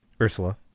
Ursula